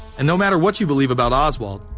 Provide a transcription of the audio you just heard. and no matter what you believe about oswald,